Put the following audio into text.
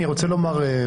אתם גם לא יודעים.